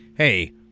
Hey